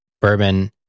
bourbon